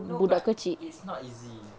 no but it's not easy